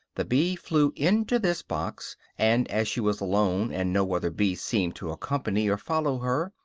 the bee flew into this box and as she was alone, and no other bee seemed to accompany or follow her,